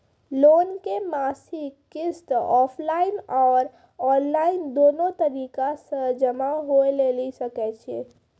Loan के मासिक किस्त ऑफलाइन और ऑनलाइन दोनो तरीका से जमा होय लेली सकै छै?